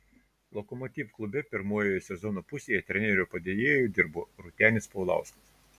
lokomotiv klube pirmoje sezono pusėje trenerio padėjėju dirbo rūtenis paulauskas